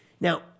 Now